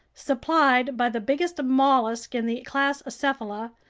supplied by the biggest mollusk in the class acephala,